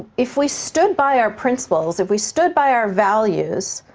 if we stood by our principles, if we stood by our values,